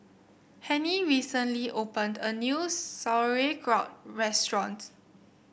Hennie recently opened a new Sauerkraut restaurant